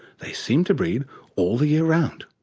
they seem to breed all the year round.